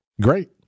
great